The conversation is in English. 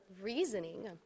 reasoning